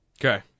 Okay